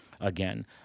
again